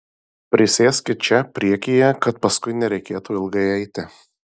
prisėskit čia priekyje kad paskui nereikėtų ilgai eiti